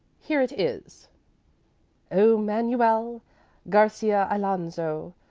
here it is o manuel garcia alonzo,